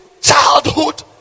childhood